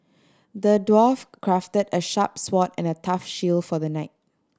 the dwarf crafted a sharp sword and a tough shield for the knight